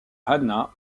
hanna